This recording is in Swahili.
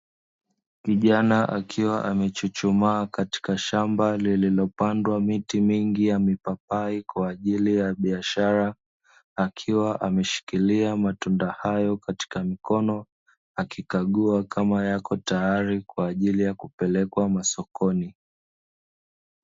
Kijana akiwa amechuchumaa katika shamba lililopandwa miti mingi ya mipapai kwa ajii ya biashara, akiwa ameshikilia matunda hayo katika mikono, akikagua kama yako tayari kwa ajili ya kuepelekwa masokoni.